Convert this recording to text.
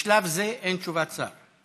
בשלב זה אין תשובת שר.